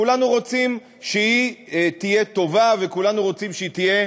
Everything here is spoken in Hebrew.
כולנו רוצים שהיא תהיה טובה וכולנו רוצים שהיא תהיה